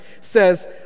says